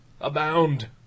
abound